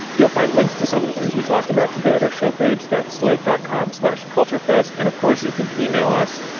you'll find links to some of the things we talked about today at our show page, that slate dot com slash culture fest. and of course, you can e-mail us.